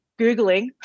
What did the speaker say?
Googling